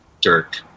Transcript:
Dirk